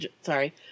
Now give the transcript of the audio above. sorry